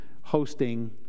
hosting